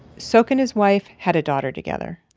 sok and his wife had a daughter together.